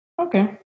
Okay